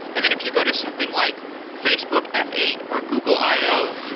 and then, if you go to something like facebook f eight, or google io,